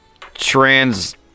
trans